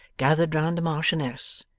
gathered round the marchioness,